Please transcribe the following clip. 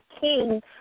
king